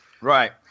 Right